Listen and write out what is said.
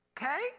Okay